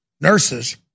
nurses